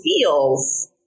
feels